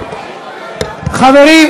חברים,